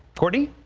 courtney